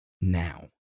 now